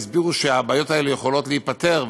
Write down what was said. והסבירו שהבעיות האלה יכולות להיפתר,